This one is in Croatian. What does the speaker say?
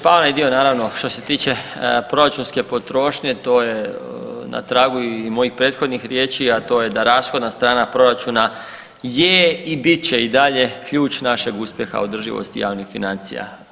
Pa onaj dio naravno što se tiče proračunske potrošnje to je na tragu i mojih prethodnih riječi, a to je da rashodna strana proračuna je i bit će i dalje ključ našeg uspjeha održivosti javnih financija.